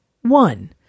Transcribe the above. One